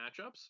matchups